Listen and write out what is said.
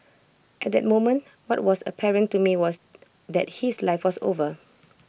at that moment what was apparent to me was that his life was over